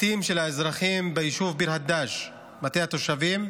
בתים של האזרחים ביישוב ביר הדאג', בתי תושבים,